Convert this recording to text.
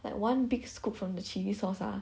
like one big scoop from the chili sauce ah